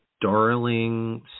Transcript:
darling